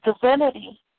divinity